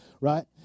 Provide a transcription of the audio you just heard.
right